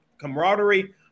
camaraderie